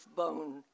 bone